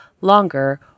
longer